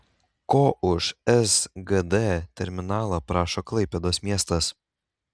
ko už sgd terminalą prašo klaipėdos miestas